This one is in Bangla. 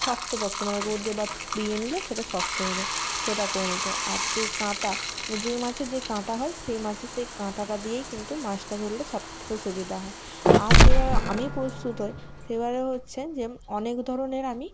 শক্তপোক্ত মানে রোদে বা পুড়িয়ে নিলে সেটা শক্ত হয়ে যায় সেটা করে নিতে হয় আর যেই কাঁটা যেই মাছের যেই কাঁটা হয় সেই মাছের সেই কাঁটাটা দিয়েই কিন্তু মাছটা ধরলে সবথেকে সুবিধা হয় আর যেভাবে আমি প্রস্তুত হই সেইভাবে হচ্ছে যে অনেক ধরনের আমি